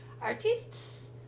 artists